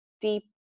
deep